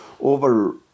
over